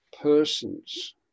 persons